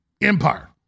empire